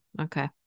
Okay